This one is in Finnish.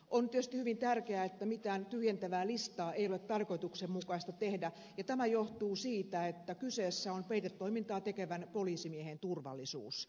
on tietysti hyvin tärkeää että mitään tyhjentävää listaa ei ole tarkoituksenmukaista tehdä ja tämä johtuu siitä että kyseessä on peitetoimintaa tekevän poliisimiehen turvallisuus